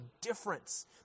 difference